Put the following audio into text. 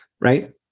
right